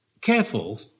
careful